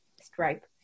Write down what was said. stripe